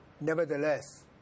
Nevertheless